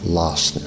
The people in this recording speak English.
lost